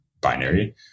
binary